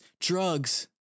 drugs